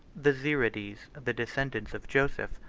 the zeirides, the descendants of joseph,